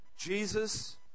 Jesus